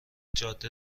جاده